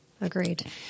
Agreed